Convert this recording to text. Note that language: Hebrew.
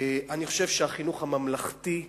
אני חושב שהחינוך הממלכתי,